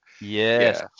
Yes